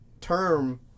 term